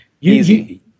Easy